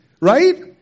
Right